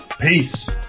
Peace